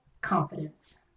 confidence